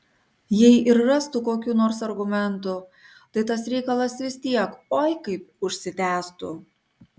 jei ir rastų kokių nors argumentų tai tas reikalas vis tiek oi kaip užsitęstų